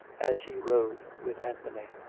as he rode with an thony.